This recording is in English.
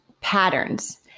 patterns